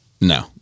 No